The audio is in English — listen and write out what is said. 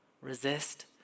resist